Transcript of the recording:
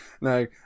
No